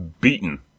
beaten